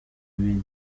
biri